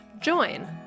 join